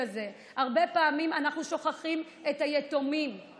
הזה: הרבה פעמים אנחנו שוכחים את היתומים,